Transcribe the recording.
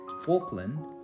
Falkland